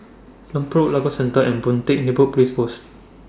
Lompang Road Lagos Circle and Boon Teck Neighbour Police Post